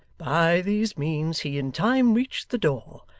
by these means he in time reached the door,